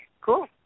Cool